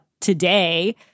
today